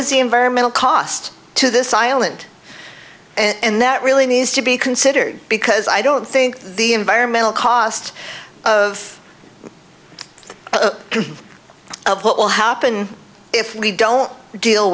is the environmental cost to this island and that really needs to be considered because i don't think the environmental cost of of what will happen if we don't deal